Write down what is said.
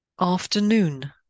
Afternoon